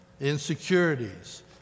insecurities